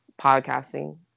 podcasting